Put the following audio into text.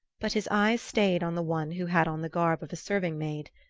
but his eyes stayed on the one who had on the garb of a serving-maid.